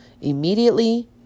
immediately